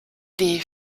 die